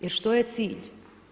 Jer, što je cilj?